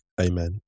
amen